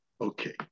Okay